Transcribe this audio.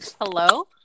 Hello